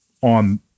on